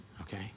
Okay